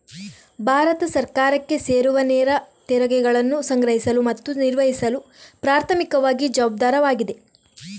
ಭಾರತ ಸರ್ಕಾರಕ್ಕೆ ಸೇರುವನೇರ ತೆರಿಗೆಗಳನ್ನು ಸಂಗ್ರಹಿಸಲು ಮತ್ತು ನಿರ್ವಹಿಸಲು ಪ್ರಾಥಮಿಕವಾಗಿ ಜವಾಬ್ದಾರವಾಗಿದೆ